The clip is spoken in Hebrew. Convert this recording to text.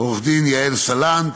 עורכת הדין יעל סלנט,